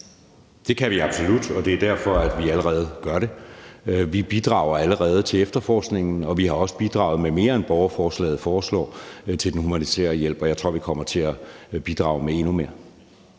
Det kan vi absolut, og det er derfor, vi allerede gør det. Vi bidrager allerede til efterforskningen, og vi har også bidraget med mere, end det foreslås i borgerforslaget, til den humanitære hjælp, og jeg tror, vi kommer til at bidrage med endnu mere.